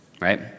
right